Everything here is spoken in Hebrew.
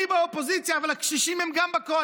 אני באופוזיציה, אבל הקשישים הם גם בקואליציה.